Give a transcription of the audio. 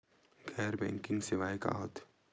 गैर बैंकिंग सेवाएं का होथे?